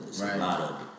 Right